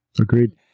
Agreed